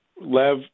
Lev